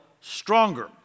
Stronger